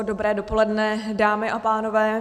Dobré dopoledne, dámy a pánové.